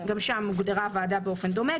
גם שם הוגדרה ועדה באופן דומה,